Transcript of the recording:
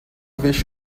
vez